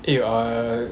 eh uh